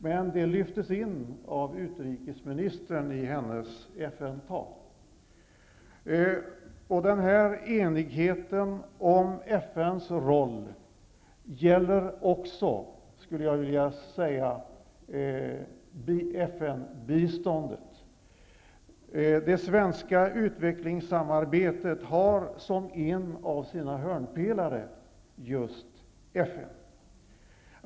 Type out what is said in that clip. Men utrikesministern lyfte in det i sitt FN-tal. Enigheten om FN:s roll gäller också, skulle jag vilja påstå, FN-biståndet. I det svenska utvecklingssamarbetet är en av hörnpelarna just FN.